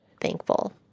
thankful